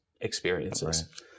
experiences